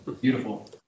Beautiful